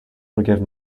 forgive